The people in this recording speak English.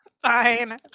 Fine